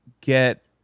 get